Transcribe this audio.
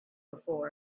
before